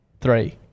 three